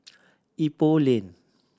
Ipoh Lane